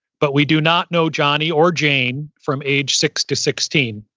but we do not know johnny or jane from age six to sixteen.